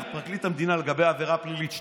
לפרקליט המדינה לגבי העבירה הפלילית,